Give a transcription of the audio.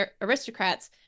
aristocrats